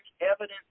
evidence